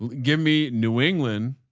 give me new england.